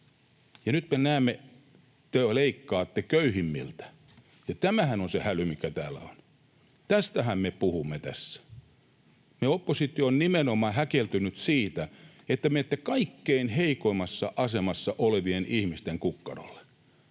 nyt me näemme, että te leikkaatte köyhimmiltä, ja tämähän on se häly, mikä täällä on. Tästähän me puhumme tässä. Oppositio on nimenomaan häkeltynyt siitä, että menette kaikkein heikoimmassa asemassa olevien ihmisten kukkarolle.